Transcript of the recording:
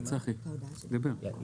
כן?